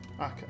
Okay